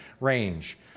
range